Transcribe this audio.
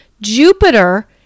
Jupiter